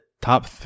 top